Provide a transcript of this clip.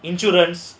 insurance